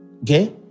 okay